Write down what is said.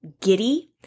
giddy